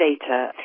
data